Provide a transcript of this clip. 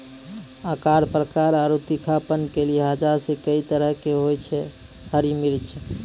आकार, प्रकार आरो तीखापन के लिहाज सॅ कई तरह के होय छै हरी मिर्च